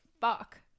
fuck